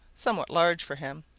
somewhat large for him,